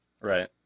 Right